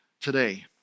today